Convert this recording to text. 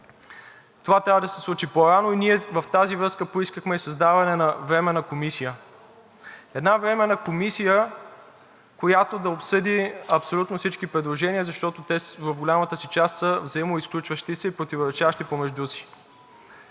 Това трябва да се случи по-рано и в тази връзка ние поискахме създаване на временна комисия. Една временна комисия, която да обсъди абсолютно всички предложения, защото те в голямата си част са взаимоизключващи се и противоречащи помежду си.